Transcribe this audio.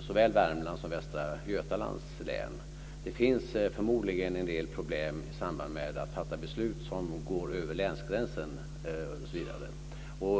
såväl Värmland som Västra Götalands län - en del problem i samband med att man ska fatta beslut som går över länsgränsen osv.